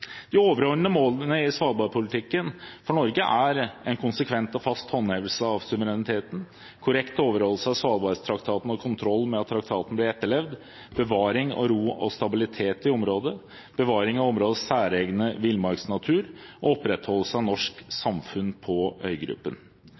De overordnede målene i svalbardpolitikken for Norge er en konsekvent og fast håndhevelse av suvereniteten, korrekt overholdelse av Svalbardtraktaten og kontroll med at traktaten blir etterlevd, bevaring av ro og stabilitet i området, bevaring av områdets særegne villmarksnatur og opprettholdelse av norsk samfunn på øygruppen.